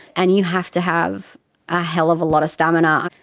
and you have to have a hell of a lot of stamina.